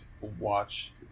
watch